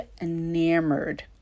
enamored